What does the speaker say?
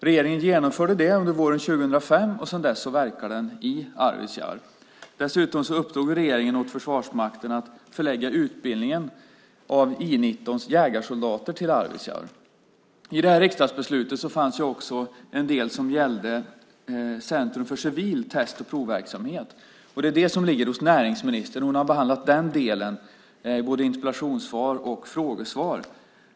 Regeringen genomförde det våren 2005, och sedan dess verkar den i Arvidsjaur. Dessutom uppdrog regeringen åt Försvarsmakten att förlägga utbildningen av I 19:s jägarsoldater till Arvidsjaur. I det här riksdagsbeslutet fanns också en del som gällde Centrum för civil test och provverksamhet. Det är det som ligger hos näringsministern. Hon har behandlat den delen, både i interpellationssvar och i frågesvar.